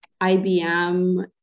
IBM